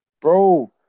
bro